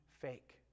fake